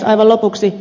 aivan lopuksi